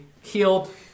healed